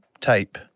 tape